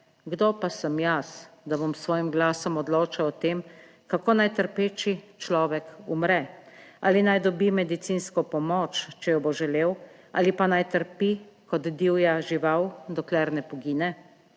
kdo pa sem jaz, da bom s svojim glasom odločal o tem, kako naj trpeči človek umre. Ali naj dobi medicinsko pomoč, če jo bo želel, ali pa naj trpi kot divja žival, dokler ne pogine.